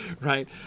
right